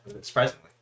surprisingly